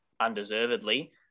undeservedly